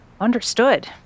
Understood